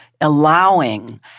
allowing